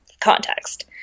context